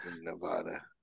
Nevada